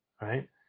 right